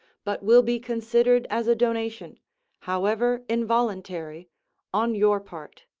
but will be considered as a donation however involuntary on your part.